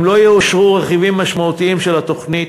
אם לא יאושרו רכיבים משמעותיים של התוכנית,